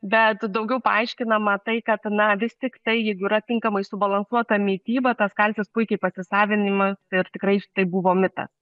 bet daugiau paaiškinama tai kad na vis tiktai jeigu yra tinkamai subalansuota mityba tas kalcis puikiai pasisavinimas ir tikrai tai buvo mitas